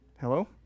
Hello